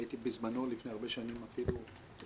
הייתי בזמנו לפני הרבה שנים, בצעירותי,